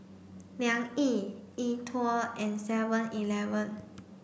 Liang Yi E TWOW and seven eleven